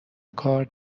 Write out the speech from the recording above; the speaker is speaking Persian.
کار